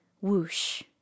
Whoosh